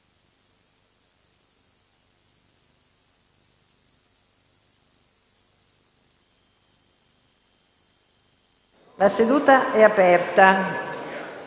La seduta è aperta